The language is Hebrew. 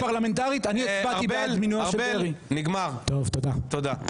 ארבל נגמר, תודה.